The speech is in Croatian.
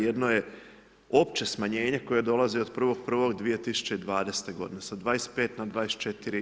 Jedno je opće smanjenje koje dolazi od 1.1.2020. godine sa 25 na 24%